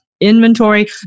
inventory